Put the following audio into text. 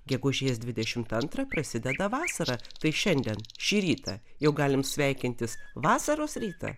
gegužės dvidešimt antrą prasideda vasara tai šiandien šį rytą jau galim sveikintis vasaros rytą